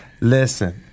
Listen